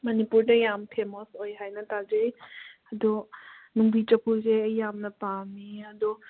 ꯃꯅꯤꯄꯨꯔꯗ ꯌꯥꯝ ꯐꯦꯃꯁ ꯑꯣꯏ ꯍꯥꯏꯅ ꯇꯥꯖꯩ ꯑꯗꯣ ꯅꯨꯡꯕꯤ ꯆꯐꯨꯁꯦ ꯑꯩ ꯌꯥꯝꯅ ꯄꯥꯝꯃꯤ ꯑꯗꯣ